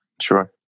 Sure